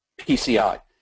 PCI